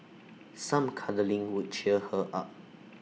some cuddling would cheer her up